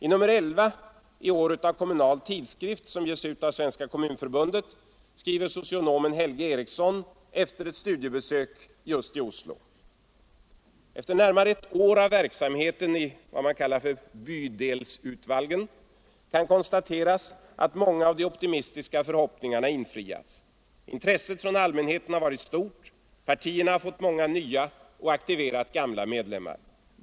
I nr 11 i år av Kommunal tidskrift — som ges ut av Svenska kommunförbundet — skriver socionom Helge Eriksson efter ett studiebesök i Oslo: ”Efter närmare ett år av verksamhet i bydelsutvalgen kan konstateras att många av de optimistiska förhoppningarna infriats. Intresset från allmänheten har varit stort, partierna har fått många nya och aktiverat gamla medlemmar.